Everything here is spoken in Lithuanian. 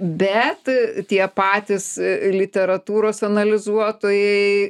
bet tie patys literatūros analizuotojai